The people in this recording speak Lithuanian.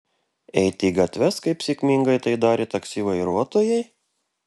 eiti į gatves kaip sėkmingai tai darė taksi vairuotojai